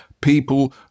people